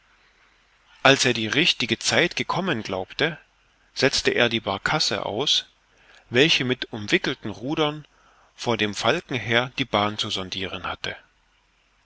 als er die richtige zeit gekommen glaubte setzte er die barkasse aus welche mit umwickelten rudern vor dem falken her die bahn zu sondiren hatte